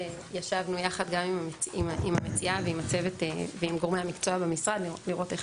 ישבנו יחד גם עם המציעה ועם גורמי המקצוע במשרד כדי לראות איך